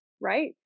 right